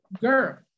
girl